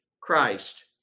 Christ